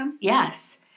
Yes